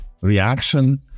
reaction